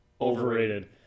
overrated